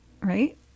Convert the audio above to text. right